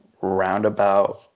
roundabout